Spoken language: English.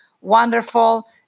wonderful